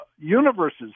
universes